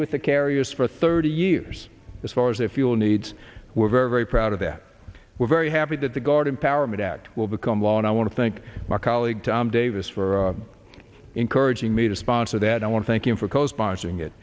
with the carriers for thirty years as far as a fuel needs we're very very proud of that we're very happy that the guard empowerment act will become law and i want to thank my colleague tom davis for encouraging me to sponsor that i want to thank him for co sponsoring it